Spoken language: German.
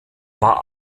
war